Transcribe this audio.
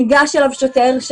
ניגש אליו שוטר,